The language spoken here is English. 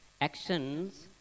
actions